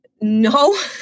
No